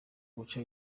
guca